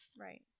Right